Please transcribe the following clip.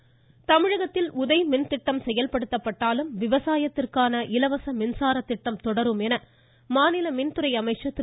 தங்கமணி தமிழகத்தில் உதய் மின்திட்டம் செயல்படுத்தப்பட்டாலும் விவசாயத்திற்கான இலவச மின்சார திட்டம் தொடரும் என மாநில மின்துறை அமைச்சர் திரு